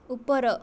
ଉପର